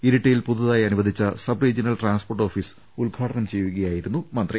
ഇരിട്ടിയിൽ പുതുതായി അനുവദിച്ച subregional transport office ഉദ്ഘാടനം ചെയ്യുകയായിരുന്നു മന്ത്രി